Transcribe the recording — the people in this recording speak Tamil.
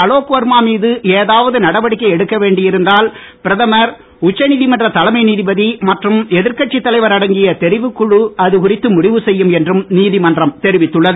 அலோக் வர்மா மீது ஏதாவது நடவடிக்கை எடுக்க வேண்டி இருந்தால் பிரதமர் உச்சநீதிமன்ற தலைமை நீதிபதி மற்றும் எதிர்க்கட்சி தலைவர் அடங்கிய தெரிவுக் குழு அதுகுறித்து முடிவு செய்யும் என்றும் நீதிமன்றம் தெரிவித்துள்ளது